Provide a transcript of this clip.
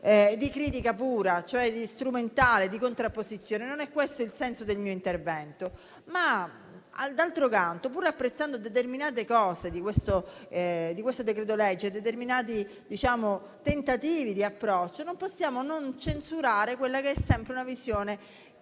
di critica pura, strumentale, di contrapposizione. Non è questo il senso del mio intervento. D'altro canto, pur apprezzando determinati elementi del decreto-legge in esame, determinati tentativi di approccio, non possiamo non censurare quella che è una visione